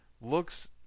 looks